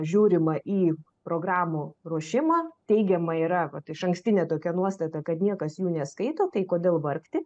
žiūrima į programų ruošimą teigiama yra vat išankstinė tokia nuostata kad niekas jų neskaito tai kodėl vargti